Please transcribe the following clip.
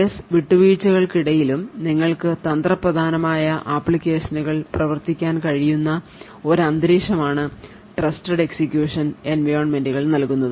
S വിട്ടുവീഴ്ചകൾക്കിടയിലും നിങ്ങൾക്ക് തന്ത്രപ്രധാനമായ ആപ്ലിക്കേഷനുകൾ പ്രവർത്തിപ്പിക്കാൻ കഴിയുന്ന ഒരു അന്തരീക്ഷമാണ് ട്രസ്റ്റഡ് എക്സിക്യൂഷൻ എൻവയോൺമെന്റുകൾ നൽകുന്നത്